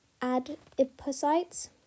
adipocytes